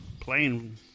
playing